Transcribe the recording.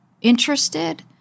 interested